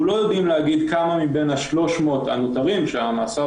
אנחנו לא יודעים להגיד כמה מבין ה-300 הנותנים שהמאסר